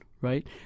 right